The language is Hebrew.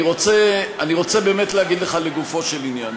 אני רוצה באמת להגיד לך לגופו של עניין.